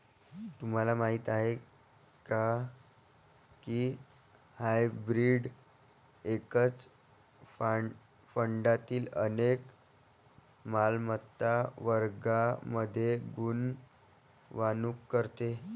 तुम्हाला माहीत आहे का की हायब्रीड एकाच फंडातील अनेक मालमत्ता वर्गांमध्ये गुंतवणूक करते?